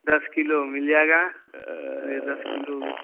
दस किलो मिल जाएगा चलिए दस किलो